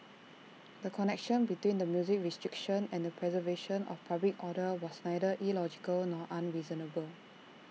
the connection between the music restriction and the preservation of public order was neither illogical nor unreasonable